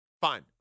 Fine